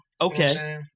Okay